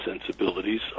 sensibilities